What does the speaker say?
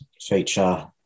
feature